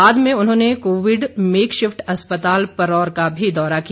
बाद में उन्होंने कोविड मेकशिफ्ट अस्पताल परौर का भी दौरा किया